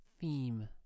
theme